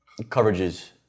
coverages